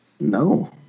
no